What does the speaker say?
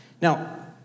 Now